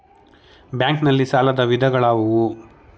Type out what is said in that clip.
Bank ನಲ್ಲಿ ಸಾಲದ ವಿಧಗಳಾವುವು?